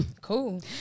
Cool